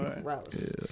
gross